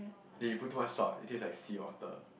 then you put too much salt it taste like seawater